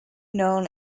known